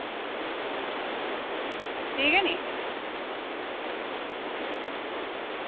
ठीक ऐ नी अं